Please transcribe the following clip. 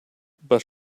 but